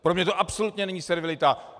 Pro mě to absolutně není servilita.